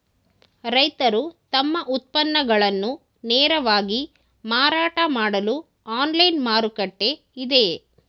ರೈತರು ತಮ್ಮ ಉತ್ಪನ್ನಗಳನ್ನು ನೇರವಾಗಿ ಮಾರಾಟ ಮಾಡಲು ಆನ್ಲೈನ್ ಮಾರುಕಟ್ಟೆ ಇದೆಯೇ?